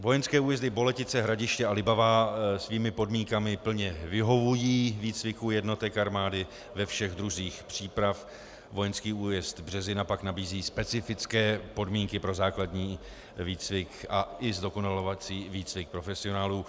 Vojenské újezdy Boletice, Hradiště a Libavá svými podmínkami plně vyhovují výcviku jednotek armády ve všech druzích příprav, vojenský újezd Březina pak nabízí specifické podmínky pro základní výcvik a i zdokonalovací výcvik profesionálů.